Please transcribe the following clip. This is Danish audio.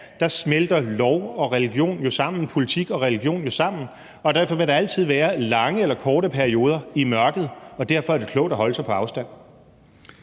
at i et islamisk land smelter politik og religion jo sammen, og derfor vil der altid være lange eller korte perioder i mørket, og derfor er det klogt at holde sig på afstand.